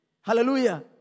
Hallelujah